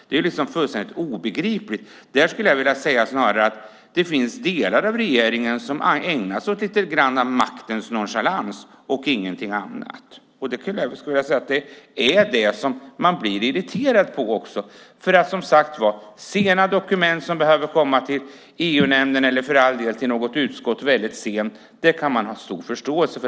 Det är fullständigt obegripligt. Jag skulle snarare vilja säga att det finns delar av regeringen som ägnar sig lite grann åt maktens nonchalans och ingenting annat. Det är också det man blir irriterad på. Man kan ha stor förståelse för att sena dokument som behöver komma till EU-nämnden eller för all del till något utskott väldigt sent kommer på engelska.